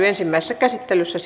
ensimmäisessä käsittelyssä